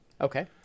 Okay